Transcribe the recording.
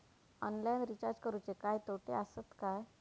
Online recharge करुचे काय तोटे आसत काय?